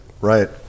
Right